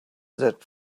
that